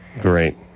Great